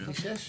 בבקשה.